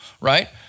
right